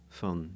van